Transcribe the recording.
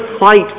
fight